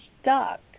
stuck